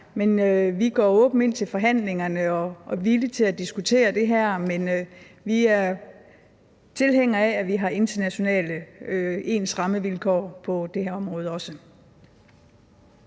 vi går åbent ind til forhandlingerne og er villige til at diskutere det. Men vi er tilhængere af, at vi har internationale ens rammevilkår på det her område også.